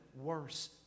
worse